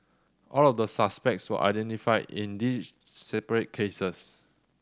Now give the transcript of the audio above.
all of the suspects were identified in these separate cases